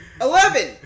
Eleven